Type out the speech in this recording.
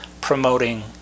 promoting